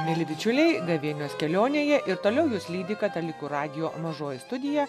mieli bičiuliai gavėnios kelionėje ir toliau jus lydi katalikų radijo mažoji studija